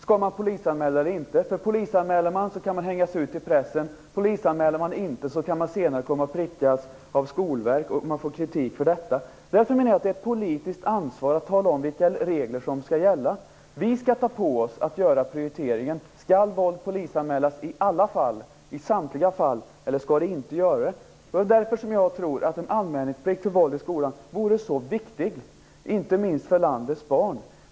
Skall man polisanmäla eller inte? Polisanmäler man kan man hängas ut i pressen, polisanmäler man inte kan man senare komma att prickas av Skolverket och man får kritik för detta. Därför menar jag att det är ett politiskt ansvar att tala om vilka regler som skall gälla. Vi skall ta på oss att göra prioriteringen. Skall våld polisanmälas i samtliga fall eller skall det inte anmälas? Det är därför som jag tror att en anmälningsplikt för våld i skolan vore så viktig, inte minst för landets barn.